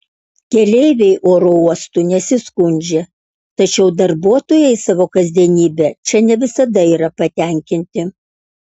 keleiviai oro uostu nesiskundžia tačiau darbuotojai savo kasdienybe čia ne visada yra patenkinti